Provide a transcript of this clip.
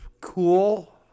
cool